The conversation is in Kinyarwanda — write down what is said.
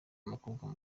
umukobwa